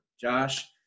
Josh